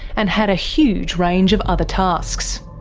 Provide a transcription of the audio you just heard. and had a huge range of other tasks.